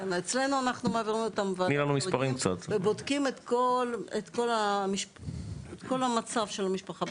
אצלנו אנחנו מעבירים אותם וועדת חריגים ובודקים את כל המצב של המשפחה,